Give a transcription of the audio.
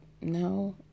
No